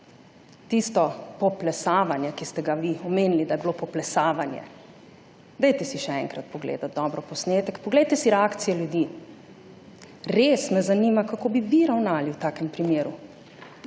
tisto poplesavanje, ki ste ga vi omenili, da je bilo poplesavanje, dajte si še enkrat pogledati dobro posnetek. Poglejte si reakcije ljudi. Res me zanima kako bi vi ravnali v takem primeru.